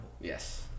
Yes